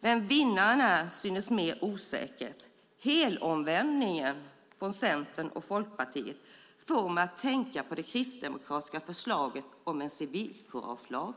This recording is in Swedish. Vem vinnaren är synes mer osäkert. Helomvändningen för Centern och Folkpartiet får mig att tänka på det kristdemokratiska förslaget om en civilkuragelag.